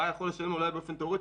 היו יכולים אולי לשלם באופן תיאורטי